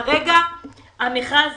כרגע המכרז